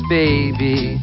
baby